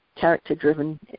character-driven